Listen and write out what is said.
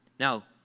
Now